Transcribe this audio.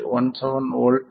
17 V 3